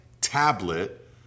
tablet